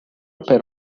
per